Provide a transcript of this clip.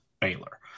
Baylor